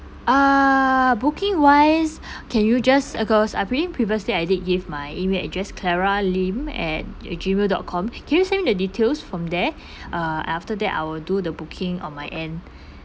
uh booking wise can you just uh because I previously I did give my email address clara lim at gmail dot com can you send me the details from there uh after that I will do the booking on my end